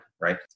right